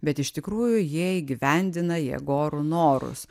bet iš tikrųjų jie įgyvendina jėgorų norus